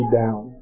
down